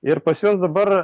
ir pas juos dabar